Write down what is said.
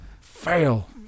Fail